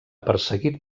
perseguit